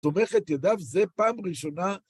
תומכת ידיו זה פעם ראשונה.